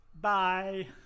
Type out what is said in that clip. Bye